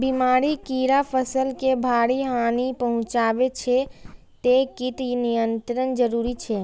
बीमारी, कीड़ा फसल के भारी हानि पहुंचाबै छै, तें कीट नियंत्रण जरूरी छै